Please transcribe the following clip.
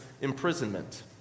imprisonment